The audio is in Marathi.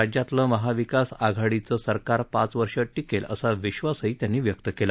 राज्यातलं महाविकास आघाडीचं सरकार पाच वर्ष टिकेल असा विश्वासही त्यांनी व्यक्त केला